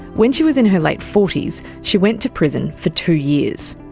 when she was in her late forty s, she went to prison for two years.